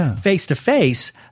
face-to-face